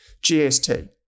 GST